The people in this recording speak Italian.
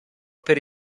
per